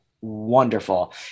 wonderful